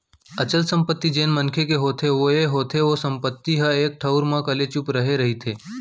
अचल संपत्ति जेन मनखे के होथे ओ ये होथे ओ संपत्ति ह एक ठउर म कलेचुप रहें रहिथे